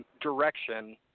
direction